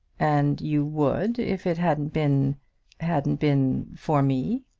and you would, if it hadn't been hadn't been for me.